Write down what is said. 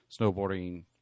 snowboarding